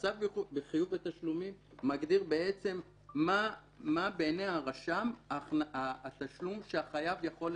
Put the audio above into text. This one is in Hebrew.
הצו בחיוב בתשלומים מגדיר מה בעיני הרשם התשלום שהחייב יכול לשלם,